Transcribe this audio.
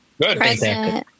good